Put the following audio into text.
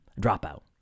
Dropout